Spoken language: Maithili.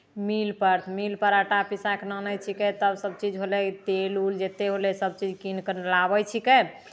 मीलपर मीलपर आटा पिसा कऽ लऽ आनै छिकै तब सभचीज होलै तेल उल जतेक होलै सभचीज कीनि कऽ लाबै छिकै